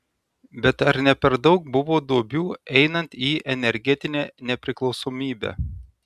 bet ar ne per daug buvo duobių einant į energetinę nepriklausomybę